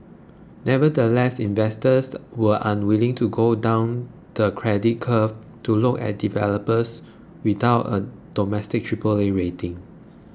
nevertheless investors were unwilling to go down the credit curve to look at developers without a domestic Triple A rating